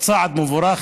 בצעד מבורך,